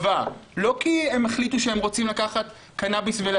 קופות החולים עדיין לא נרתמו באופן גורף לתת את הלגיטימציה